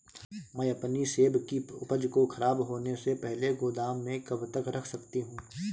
मैं अपनी सेब की उपज को ख़राब होने से पहले गोदाम में कब तक रख सकती हूँ?